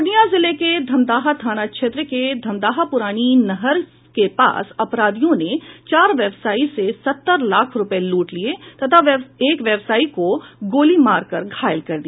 पूर्णिया जिले के धमदाहा थाना क्षेत्र के धमदाहा पुरानी नहर के पास अपराधियो ने चार व्यवसायी से सत्तर लाख रूपये लूट लिये तथा एक व्यवसायी को गोली मारकर घायल कर दिया